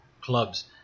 clubs